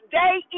day